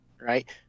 right